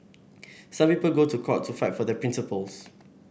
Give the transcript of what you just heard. some people go to court to fight for their principles